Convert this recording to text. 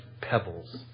pebbles